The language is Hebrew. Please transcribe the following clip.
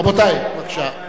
רבותי, בבקשה.